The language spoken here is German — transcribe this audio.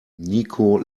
niko